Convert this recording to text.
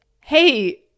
hey